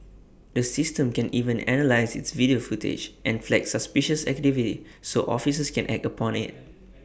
the system can even analyse its video footage and flag suspicious activity so officers can act upon IT